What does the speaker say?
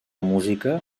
música